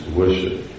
worship